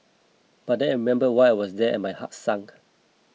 but then I remembered why I was there and my heart sank